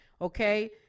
okay